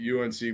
UNC